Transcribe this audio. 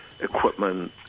equipment